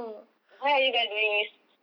why are you guys doing this